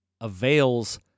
avails